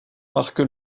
marque